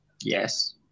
Yes